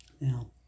Now